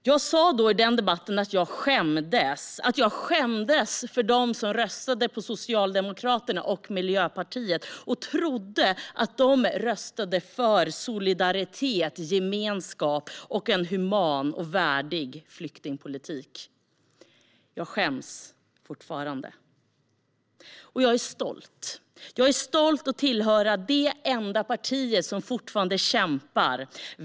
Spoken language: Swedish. Jag sa då i den debatten att jag skämdes för dem som röstade på Socialdemokraterna eller Miljöpartiet och trodde att de röstade för solidaritet, gemenskap och en human och värdig flyktingpolitik. Jag skäms fortfarande. Jag är stolt att tillhöra det enda partiet som fortfarande kämpar.